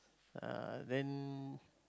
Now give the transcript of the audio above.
uh then